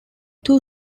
two